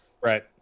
right